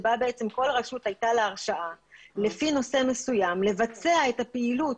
שבה לכל רשות הייתה הרשאה לפי נושא מסוים לבצע את הפעילות